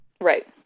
Right